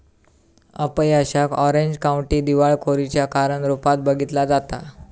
अपयशाक Orange County दिवाळखोरीच्या कारण रूपात बघितला जाता